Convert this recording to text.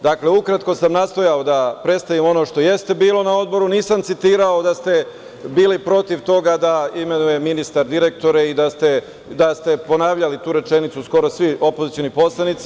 Dakle, ukratko sam nastojao da predstavim ono što jeste bilo na Odboru, nisam citirao da ste bili protiv toga da imenuje ministar direktore i da ste ponavljali tu rečenicu, skoro svi opozicioni poslanici.